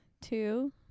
two